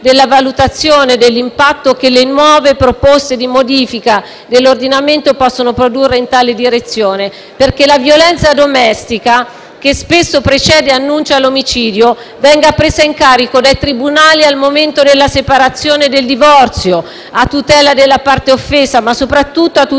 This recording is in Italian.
della valutazione dell'impatto che le nuove proposte di modifica dell'ordinamento possono produrre, perché la violenza domestica, che spesso precede e annuncia l'omicidio, venga presa in carico dei tribunali al momento della separazione e del divorzio, a tutela della parte offesa, ma soprattutto a tutela e nell'interesse